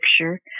picture